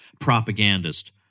propagandist